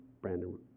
Brandon